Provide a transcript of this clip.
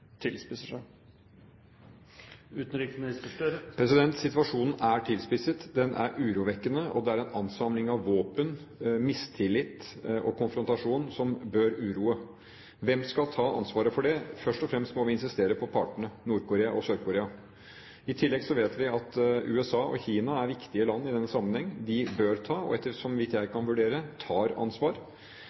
Situasjonen er tilspisset. Den er urovekkende, og det er en ansamling av våpen, mistillit og konfrontasjon som bør uroe. Hvem skal ta ansvaret for det? Først og fremst må vi insistere på at partene, Nord-Korea og Sør-Korea, gjør det. I tillegg vet vi at USA og Kina er viktige land i denne sammenheng. De bør ta ansvar, og så vidt jeg kan vurdere, tar de ansvar.